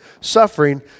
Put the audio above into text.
suffering